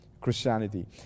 Christianity